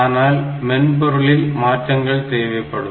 ஆனால் மென்பொருளில் மாற்றங்கள் தேவைப்படும்